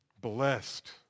Blessed